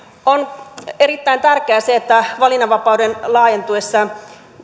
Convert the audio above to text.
on erittäin tärkeää se että valinnanvapauden laajentuessa